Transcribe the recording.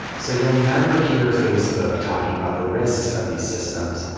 so you'll never hear facebook talking about the risks of these systems,